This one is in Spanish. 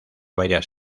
varias